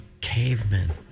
cavemen